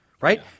right